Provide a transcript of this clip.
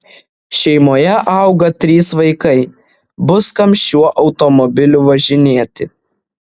šeimoje auga trys vaikai bus kam šiuo automobiliu važinėti